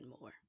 more